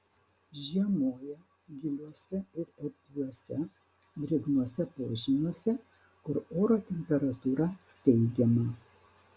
žiemoja giliuose ir erdviuose drėgnuose požymiuose kur oro temperatūra teigiama